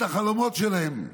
את החלומות שלהם.